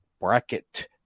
bracket